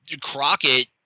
Crockett